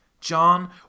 John